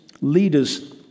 leaders